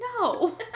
No